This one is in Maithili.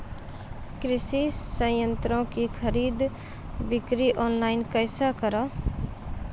कृषि संयंत्रों की खरीद बिक्री ऑनलाइन कैसे करे?